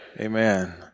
Amen